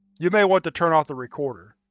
you may want to turn off the recorder.